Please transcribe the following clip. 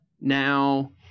now